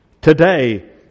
Today